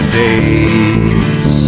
days